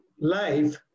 life